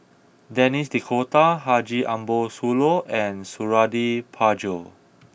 Denis D'Cotta Haji Ambo Sooloh and Suradi Parjo